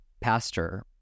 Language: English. pastor